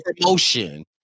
promotion